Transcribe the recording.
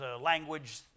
language